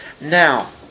Now